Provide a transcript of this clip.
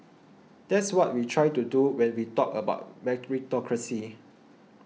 that's what we try to do when we talked about meritocracy